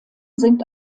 sind